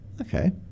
Okay